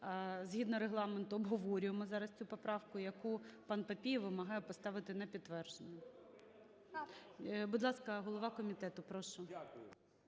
згідно Регламенту обговорюємо зараз цю поправку, яку пан Папієв вимагає поставити на підтвердження. Будь ласка, голова комітету, прошу.